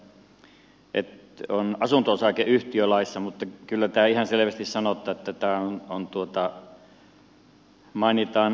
minä sanoin äsken että on asunto osakeyhtiölaissa mutta kyllä täällä ihan selvästi sanotaan että tämä mainitaan asuntokauppalaissa